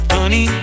Honey